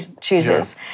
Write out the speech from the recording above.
chooses